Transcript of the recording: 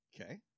Okay